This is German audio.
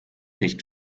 nicht